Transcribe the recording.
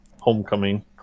Homecoming